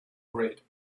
great